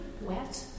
wet